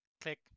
Click